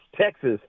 Texas